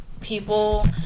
people